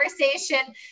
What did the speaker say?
conversation